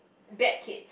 bad kids